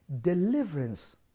Deliverance